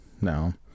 No